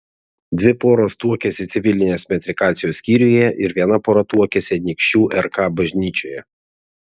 dvi poros tuokėsi civilinės metrikacijos skyriuje ir viena pora tuokėsi anykščių rk bažnyčioje